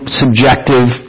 subjective